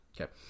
okay